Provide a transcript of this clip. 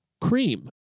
Cream